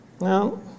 No